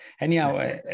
Anyhow